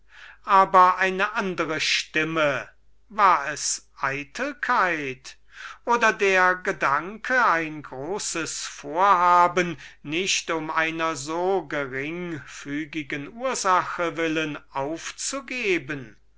aber eine andere stimme war es seine eitelkeit oder der gedanke ein großes vorhaben nicht um einer so geringfügigen ursache willen aufzugeben